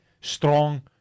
Strong